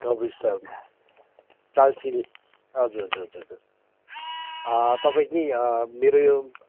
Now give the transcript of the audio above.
कपिल शर्मा कालचिनी हजुर हजुर हजुर हजुर तपाईँ के मेरो यो